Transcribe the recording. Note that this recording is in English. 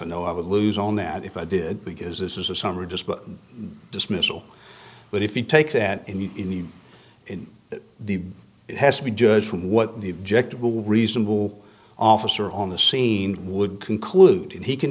know i would lose on that if i did because this is a summary just dismissal but if you take that in the in the in the it has to be judged from what the object will reasonable officer on the scene would conclude he can